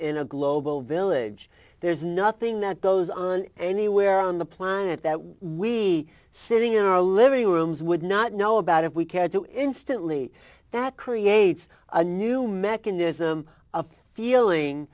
in a global village there's nothing that goes on anywhere on the planet that we sitting in our living rooms would not know about if we cared to instantly that creates a new mechanism a feeling